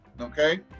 okay